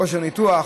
כושר ניתוח,